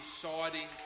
deciding